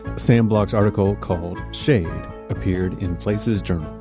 sam bloch's article called shade appeared in places journal